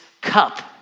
cup